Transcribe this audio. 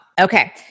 Okay